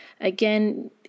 Again